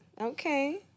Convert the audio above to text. okay